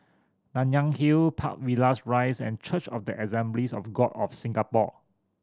Nanyang Hill Park Villas Rise and Church of the Assemblies of God of Singapore